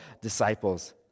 disciples